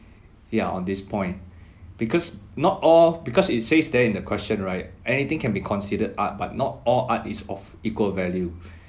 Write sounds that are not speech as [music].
ya on this point [breath] because not all because it says there in the question right anything can be considered art but not all art is of equal value [breath]